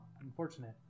unfortunate